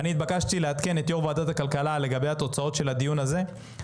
התבקשתי לעדכן את יו"ר ועדת הכלכלה לגבי התוצאות של הדיון הזה,